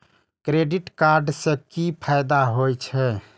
Credit card से कि फायदा होय छे?